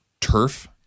turf